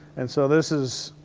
and so this is.